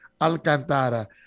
Alcantara